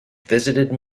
visited